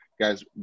Guys